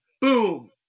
Boom